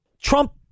Trump